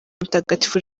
mutagatifu